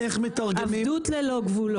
עבדות ללא גבולות.